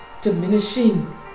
diminishing